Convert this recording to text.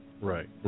Right